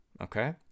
okay